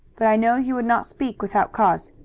but i know you would not speak without cause.